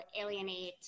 alienate